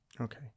Okay